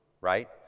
right